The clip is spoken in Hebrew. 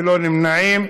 ללא נמנעים,